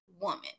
woman